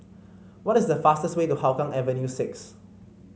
what is the fastest way to Hougang Avenue six